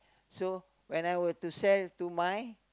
so when I were to sell to my